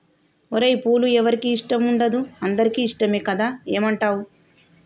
ఓరై పూలు ఎవరికి ఇష్టం ఉండదు అందరికీ ఇష్టమే కదా ఏమంటావ్